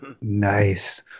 Nice